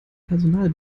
personal